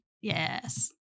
Yes